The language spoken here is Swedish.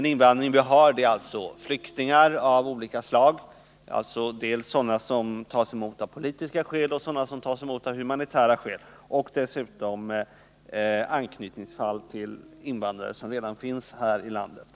Den invandring vi har utgörs av flyktingar av olika slag — sådana som 13 december 1979 tas emot av politiska skäl, sådana som tas emot av humanitära skäl samt sådana som tas emot därför att de har anknytning till invandrare som redan Ersättning till finns här i landet.